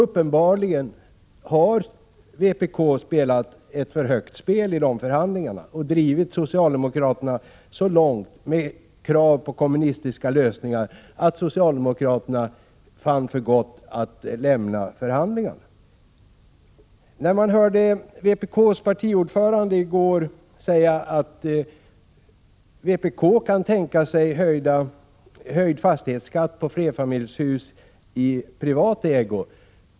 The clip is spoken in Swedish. Uppenbarligen har vpk spelat ett för högt spel i de förhandlingarna och drivit krav på kommunistiska lösningar så långt att socialdemokraterna fann för — Prot. 1986/87:123 gott att lämna förhandlingarna. 14 maj 1987 Vi kunde i går höra vpk:s partiordförande säga att vpk kan tänka sig höjd fastighetsskatt på flerfamiljshus i privat ägo.